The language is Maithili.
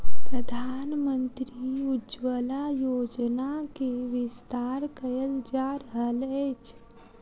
प्रधानमंत्री उज्ज्वला योजना के विस्तार कयल जा रहल अछि